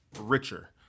Richer